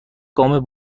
گام